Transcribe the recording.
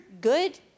good